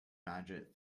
magic